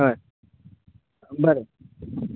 हय बरे